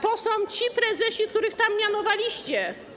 To są ci prezesi, których tam mianowaliście.